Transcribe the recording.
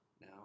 now